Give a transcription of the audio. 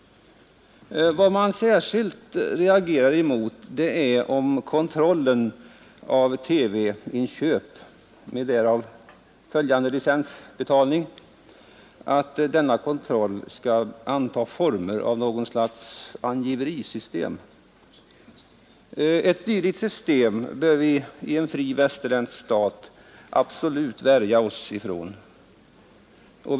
Vad man särskilt reagerar emot är om kontrollen av TV-inköp med därav följande licensbetalningar skall anta formen av något slags angiverisystem. Ett dylikt system bör vi i en fri västerländsk stat absolut värja oss emot.